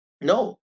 no